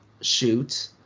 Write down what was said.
shoot